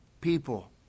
people